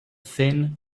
thin